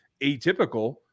atypical